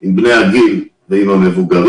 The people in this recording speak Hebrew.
עם בני אותו גיל ועם המבוגרים.